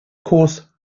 course